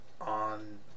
on